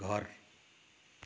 घर